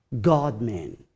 God-man